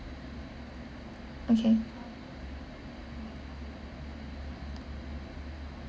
okay